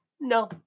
No